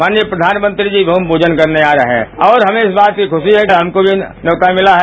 माननीय प्रधानमंत्री जी भूमि पूजन करने आ रहे हैं और हमें इस बात की खुशी है कि हमको भी न्यौता मिला है